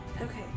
Okay